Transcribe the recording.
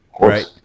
right